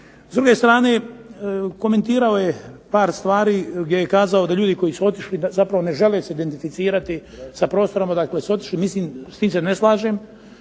S druge strane komentirao je par stvari gdje je kazao da ljudi koji su otišli da se zapravo ne žele identificirati sa prostorom odakle su otišli. S tim se ne slažem.